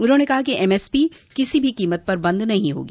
उन्होंने कहा कि एमएसपी किसी भी कीमत पर बंद नहीं होगी